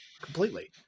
completely